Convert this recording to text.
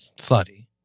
Slutty